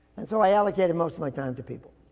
and so i allocated most of my time to people.